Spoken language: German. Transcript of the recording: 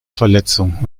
verletzung